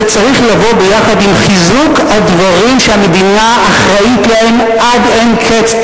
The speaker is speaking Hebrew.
זה צריך לבוא ביחד עם חיזוק הדברים שהמדינה אחראית להם עד אין קץ,